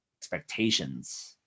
expectations